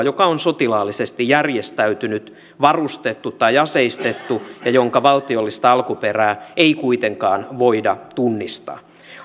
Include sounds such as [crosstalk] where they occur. [unintelligible] joka on sotilaallisesti järjestäytynyt varustettu tai aseistettu ja jonka valtiollista alkuperää ei kuitenkaan voida tunnistaa